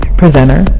presenter